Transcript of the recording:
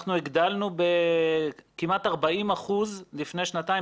אנחנו הגדלנו כמעט ב-40 אחוזים לפני שנתיים